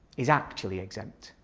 is actually exempt.